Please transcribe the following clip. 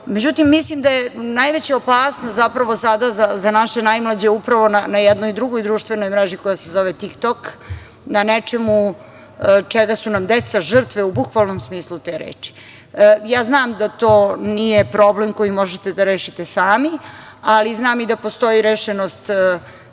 Međutim, mislim da je najveća opasnost zapravo sada za naše najmlađe upravo na jednoj drugoj društvenoj mreži, koja se zove Tik Tok, na nečemu čega su nam deca žrtve u bukvalnom smislu te reči. Ja znam da to nije problem koji možete da rešite sami, ali znam da postoji i rešenost